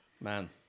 Man